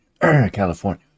california